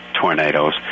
tornadoes